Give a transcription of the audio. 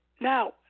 Now